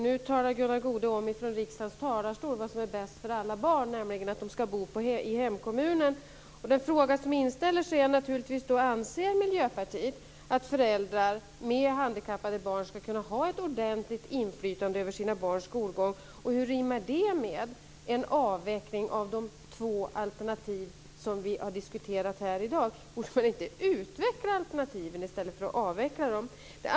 Nu talar Gunnar Goude från riksdagens talarstol om vad som är bäst för alla barn, nämligen att de ska bo i hemkommunen. Den fråga som inställer sig är naturligtvis: Anser Miljöpartiet att föräldrar med handikappade barn ska kunna ha ett ordentligt inflytande över sina barns skolgång? Hur rimmar det med en avveckling av de två alternativ som vi har diskuterat här i dag? Borde man inte utveckla alternativen i stället för att avveckla dem?